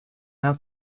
now